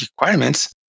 requirements